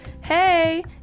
hey